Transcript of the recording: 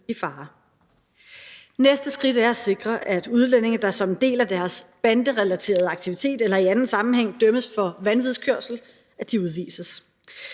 i fare. Det næste skridt er at sikre, at udlændinge, der som en del af deres banderelaterede aktivitet eller i anden sammenhæng dømmes for vanvidskørsel, udvises.